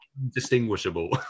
indistinguishable